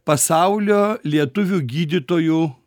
pasaulio lietuvių gydytojų